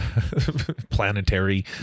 Planetary